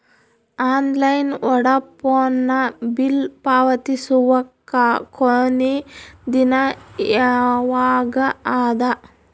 Online Vodafone bill ಪಾವತಿಸುವ ಕೊನಿ ದಿನ ಯವಾಗ ಅದ?